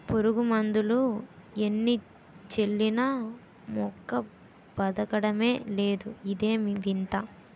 పురుగుమందులు ఎన్ని చల్లినా మొక్క బదకడమే లేదు ఇదేం వింత?